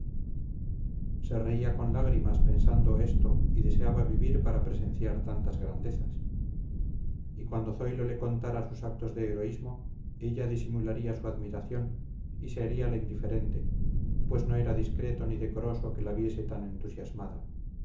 se reía con lágrimas pensando esto y deseaba vivir para presenciar tantas grandezas y cuando zoilo le contara sus actos de heroísmo ella disimularía su admiración y se haría la indiferente pues no era discreto ni decoroso que la viese tan entusiasmada